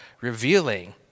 revealing